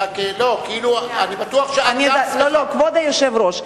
כבוד היושב-ראש,